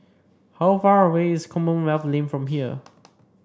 how far away is Commonwealth Lane from here